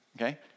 okay